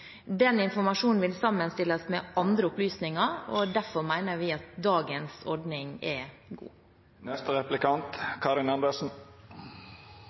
Den informasjonen vil sammenstilles med andre opplysninger, og derfor mener vi at dagens ordning er